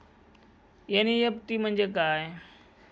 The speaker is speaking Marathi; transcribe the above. एन.ई.एफ.टी म्हणजे काय?